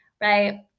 Right